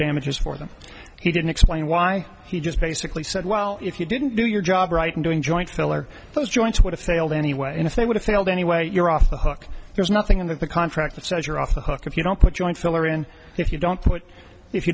damages for them he didn't explain why he just basically said well if you didn't do your job right in doing joint filler those joints what a failed anyway if they would have failed anyway you're off the hook there's nothing in the contract that says you're off the hook if you don't put joint filler in if you don't put if you